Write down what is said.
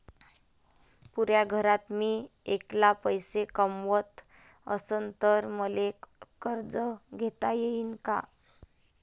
पुऱ्या घरात मी ऐकला पैसे कमवत असन तर मले कर्ज घेता येईन का?